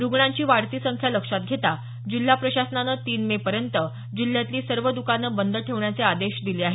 रुग्णांची वाढती संख्या लक्षात घेता जिल्हा प्रशासनानं तीन मे पर्यंत जिल्ह्यातली सर्व द्कानं बंद ठेवण्याचे आदेश दिले आहेत